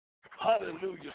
Hallelujah